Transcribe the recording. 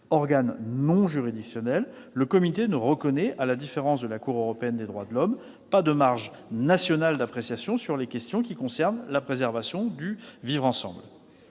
Organe non juridictionnel, le comité ne reconnaît, à la différence de la Cour européenne des droits de l'homme, pas de marge nationale d'appréciation sur les questions concernant la préservation du vivre ensemble.